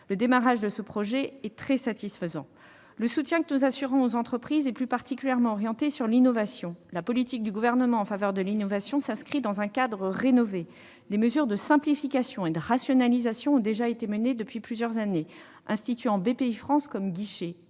Le démarrage de ce projet est très satisfaisant. Le soutien que nous assurons aux entreprises est plus particulièrement orienté vers l'innovation, la politique du Gouvernement en la matière s'inscrivant dans un cadre rénové. Des mesures de simplification et de rationalisation ont déjà été prises depuis plusieurs années, instituant Bpifrance comme guichet